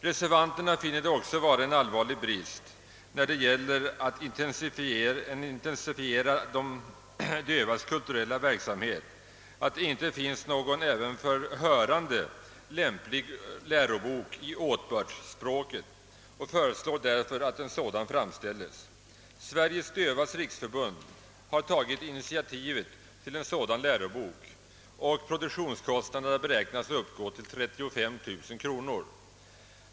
Reservanterna finner det också vara en allvarlig brist när det gäller att intensifiera de dövas kulturella verksamhet att det inte finns någon även för hörande lämplig lärobok i åtbördsspråket och föreslår därför att en sådan framställs. Sveriges dövas riksförbund har tagit initiativ till en sådan lärobok och produktionskostnaderna beräknas uppgå till 35 000 kronor.